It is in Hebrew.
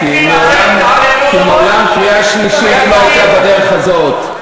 כי מעולם קריאה שלישית לא הייתה בדרך הזאת.